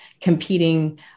competing